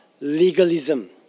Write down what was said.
legalism